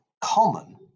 common